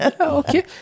okay